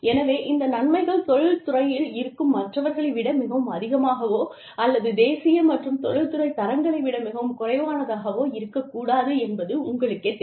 எனவே இந்த நன்மைகள் தொழில் துறையில் இருக்கும் மற்றவர்களை விட மிகவும் அதிகமாகவோ அல்லது தேசிய மற்றும் தொழில்துறை தரங்களை விட மிகவும் குறைவானதாகவே இருக்கக்கூடாது என்பது உங்களுக்கேத் தெரியும்